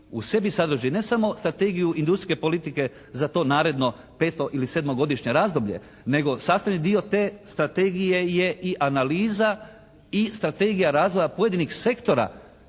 u sebi sadrži ne samo strategiju industrijske politike za to naredno peto ili sedmogodišnje razdoblje nego sastavni dio te strategije je i analiza i strategija razvoja pojedinih sektora